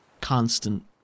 constant